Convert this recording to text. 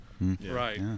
Right